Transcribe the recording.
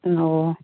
ꯑꯣ